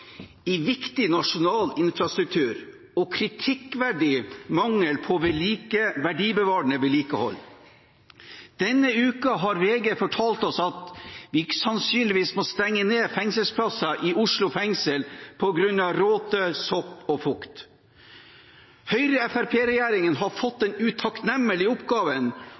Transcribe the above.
i viktig nasjonal infrastruktur og kritikkverdig mangel på verdibevarende vedlikehold. Denne uka har VG fortalt oss at man sannsynligvis må stenge ned fengselsplasser i Oslo fengsel på grunn av råte, sopp og fukt. Høyre–Fremskrittsparti-regjeringen har fått den utakknemlige oppgaven